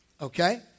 okay